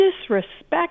disrespect